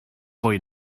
fwy